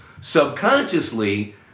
subconsciously